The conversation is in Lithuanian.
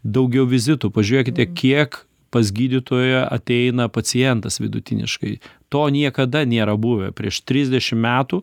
daugiau vizitų pažiūrėkite kiek pas gydytoją ateina pacientas vidutiniškai to niekada nėra buvę prieš trisdešim metų